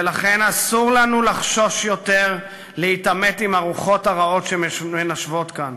ולכן אסור לנו לחשוש יותר להתעמת עם הרוחות הרעות שמנשבות כאן.